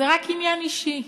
זה רק עניין אישי.